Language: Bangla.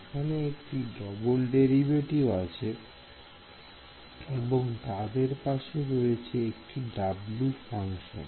এখানে একটি ডবল ডেরিভেটিভ আছে এবং তারই পাশে রয়েছে একটি W ফাংশন